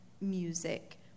music